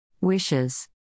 Wishes